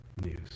news